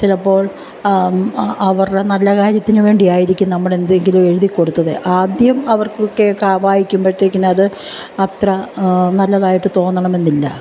ചിലപ്പോൾ അവരുടെ നല്ല കാര്യത്തിന് വേണ്ടിയായിരിക്കും നമ്മൾ എന്തെങ്കിലും എഴുതി കൊടുത്തത് ആദ്യം അവർക്കൊക്കെ വായിക്കുമ്പഴേക്കും അത് അത്ര നല്ലതായിട്ട് തോന്നണമെന്നില്ല